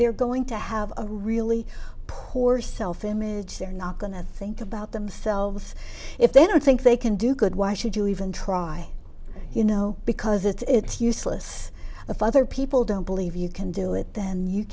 they're going to have a really poor self image they're not going to think about themselves if they don't think they can do good why should you even try you know because it's useless if other people don't believe you can do it then you